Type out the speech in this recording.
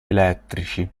elettrici